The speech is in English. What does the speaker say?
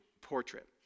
portrait